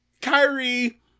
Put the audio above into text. Kyrie